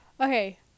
Okay